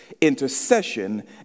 intercession